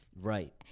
Right